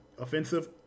offensive